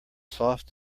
soft